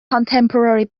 contemporary